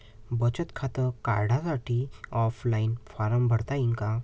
बचत खातं काढासाठी ऑफलाईन फारम भरता येईन का?